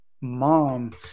Mom